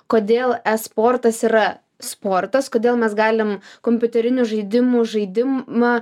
kodėl esportas yra sportas kodėl mes galim kompiuterinių žaidimų žaidimą